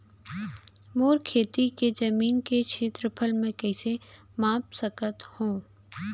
मोर खेती के जमीन के क्षेत्रफल मैं कइसे माप सकत हो?